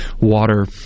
water